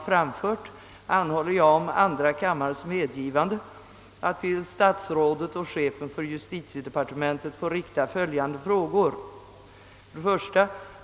Med stöd av vad jag anfört, anhåller jag om andra kammarens medgivande att till statsrådet och chefen för justitiedepartementet få rikta följande frågor: 1.